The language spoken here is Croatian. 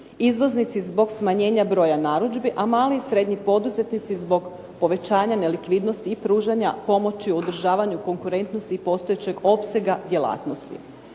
izvoznici zbog smanjenja broja narudžbi a mali i srednji poduzetnici zbog povećanja nelikvidnosti i pružanja pomoći u održavanju konkurentnosti postojećeg opsega djelatnosti.